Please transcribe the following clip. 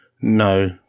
No